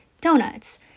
donuts